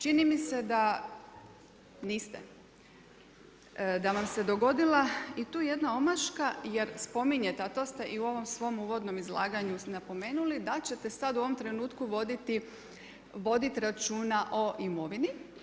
Čini mi se da niste, da vam se dogodila i tu jedna omaška jer spominjete, a to ste i u ovom svom uvodnom izlaganju napomenuli da ćete sad u ovom trenutku voditi računa o imovini.